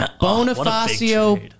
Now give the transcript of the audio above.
Bonifacio